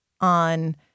on